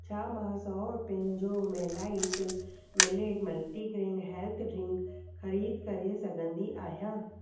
छा मां सौ रुपयनि जो मेलाइट मिलेट मल्टीग्रैन हेल्थ ड्रिंक ख़रीद करे सघंदी आहियां